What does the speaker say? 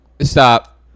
Stop